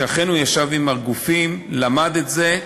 הוא אכן ישב עם הגופים, למד את זה,